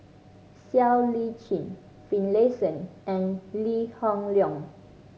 Siow Lee Chin Finlayson and Lee Hoon Leong